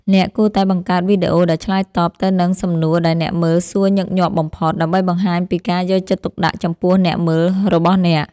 អ្នកគួរតែបង្កើតវីដេអូដែលឆ្លើយតបទៅនឹងសំណួរដែលអ្នកមើលសួរញឹកញាប់បំផុត ដើម្បីបង្ហាញពីការយកចិត្តទុកដាក់ចំពោះអ្នកមើលរបស់អ្នក។